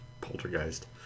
Poltergeist